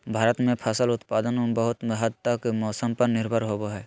भारत में फसल उत्पादन बहुत हद तक मौसम पर निर्भर होबो हइ